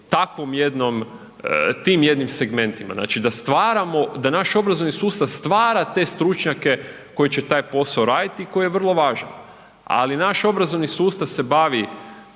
takvom jednom, tim jednim segmentima, znači da stvaramo, da naš obrazovni sustav stvara te stručnjake koji će taj posao raditi i koji je vrlo važan, ali naš obrazovni sustav se bavi